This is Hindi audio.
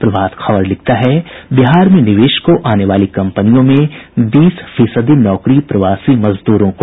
प्रभात खबर लिखता है बिहार में निवेश को आने वाली कम्पनियों में बीस फीसदी नौकरी प्रवासी मजदूरों को